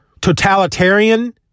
totalitarian